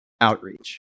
outreach